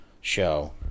show